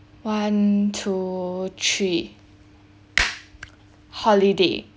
one two three holiday